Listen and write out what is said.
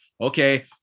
okay